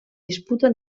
disputa